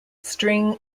string